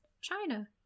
China